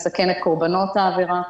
מסכן את קורבנות העבירה,